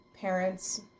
parents